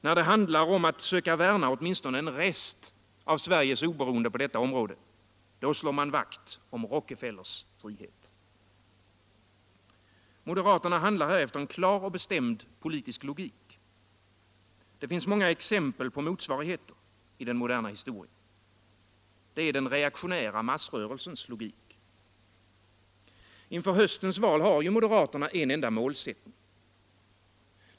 När det handlar om att söka värna åtminstone en rest av Sveriges oberoende på detta område, då slår man vakt om Rockefellers frihet. Moderaterna handlar här efter en klar och bestämd politisk logik. Det finns många exempel på motsvarigheter i den moderna historien. Det är den reaktionära massrörelsens logik. Inför höstens val har ju moderaterna en enda målsättning.